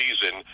season